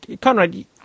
Conrad